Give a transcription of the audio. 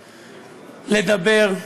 לדבר,